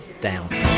down